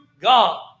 God